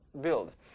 build